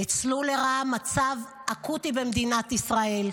הם ניצלו לרעה מצב אקוטי במדינת ישראל,